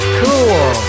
cool